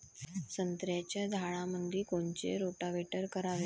संत्र्याच्या झाडामंदी कोनचे रोटावेटर करावे?